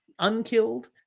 unkilled